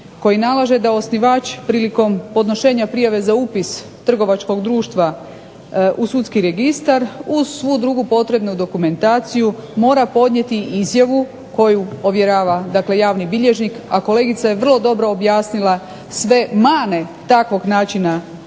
koji nalaže da osnivač prilikom podnošenja prijave za upis trgovačkog društva u sudski registar uz svu drugu potrebnu dokumentaciju mora podnijeti izjavu koju ovjerava javni bilježnik, a kolegica je vrlo dobro objasnila sve mane takvog načina